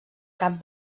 cap